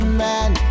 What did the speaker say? man